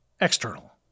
external